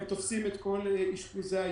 הם תופסים את כל אשפוזי היום,